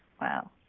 Wow